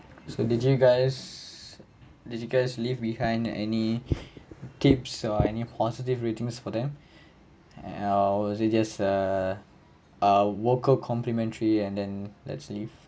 so did you guys did you guys leave behind any tips or any positive ratings for them or was it just a ah worker complementary and then let's leave